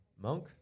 Monk